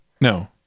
No